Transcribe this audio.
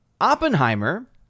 Oppenheimer